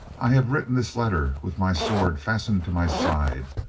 i have written this letter with my sword fastened to my side,